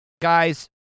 guys